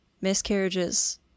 Miscarriages